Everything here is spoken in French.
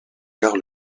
gare